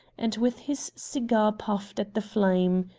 and with his cigar puffed at the flame.